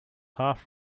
half